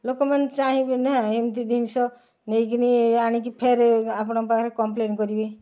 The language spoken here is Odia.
ଲୋକମାନେ ଚାହିଁବେ ନା ଏମିତି ଜିନିଷ ନେଇ କିନି ଆଣି କି ଫେରେ ଆପଣଙ୍କ ପାଖରେ କମ୍ପ୍ଲେନ୍ କରିବେ